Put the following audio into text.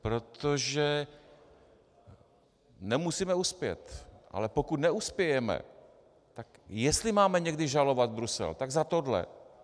Protože nemusíme uspět, ale pokud neuspějeme, tak jestli máme někdy žalovat Brusel, tak za tohle.